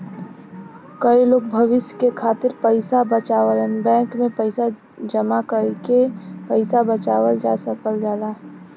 कई लोग भविष्य के खातिर पइसा बचावलन बैंक में पैसा जमा कइके पैसा बचावल जा सकल जाला